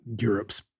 Europe's